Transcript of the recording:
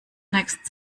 next